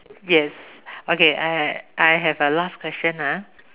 yes okay I I have a last question ah